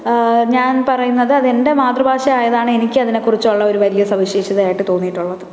ഞാൻ പറയുന്നത് അത് എൻ്റെ മാതൃഭാഷ ആയതാണ് എനിക്ക് അതിനെക്കുറിച്ചുള്ള വലിയ സവിശേഷതയായിട്ട് തോന്നിയിട്ടുള്ളത്